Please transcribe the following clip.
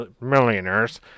millionaires